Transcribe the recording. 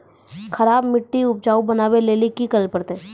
खराब मिट्टी के उपजाऊ बनावे लेली की करे परतै?